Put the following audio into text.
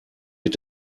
mit